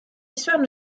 histoires